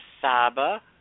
Saba